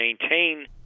maintain